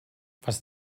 was